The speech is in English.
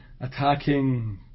attacking